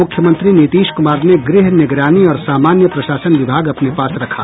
मुख्यमंत्री नीतीश कुमार ने गृह निगरानी और सामान्य प्रशासन विभाग अपने पास रखा